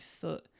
foot